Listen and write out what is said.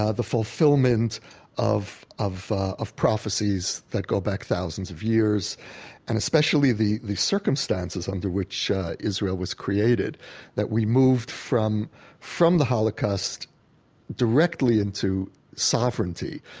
ah the fulfillment of of prophecies that go back thousands of years and especially the the circumstances under which israel was created that we moved from from the holocaust directly into sovereignty.